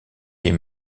les